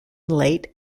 late